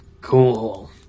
Cool